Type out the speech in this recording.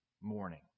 morning